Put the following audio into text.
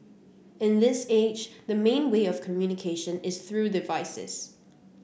in this age the main way of communication is through devices